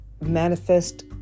manifest